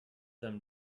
them